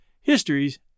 Histories